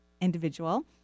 individual